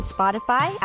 Spotify